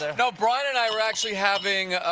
ah no, bryan and i were actually having